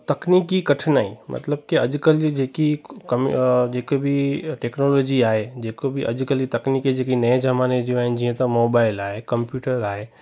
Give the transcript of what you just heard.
तकनीकी कठिनाई मतिलब की अॼुकल्ह जी जेकी कमी जेके बि टेक्नोलॉजी आहे जेको बि अॼुकल्ह ई तकनीकी जेकी नए ज़माने जूं आहिनि जीअं त मोबाइल आहे कंप्यूटर आहे